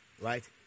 Right